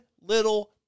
little